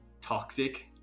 toxic